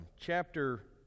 chapter